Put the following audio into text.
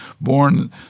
born